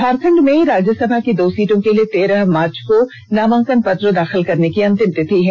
झारखंड में राज्यसभा की दो सीटों के लिए तेरह मार्च को नामांकन पत्र दाखिल करने की अंतिम तिथि है